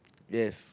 yes